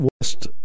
West